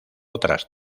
otras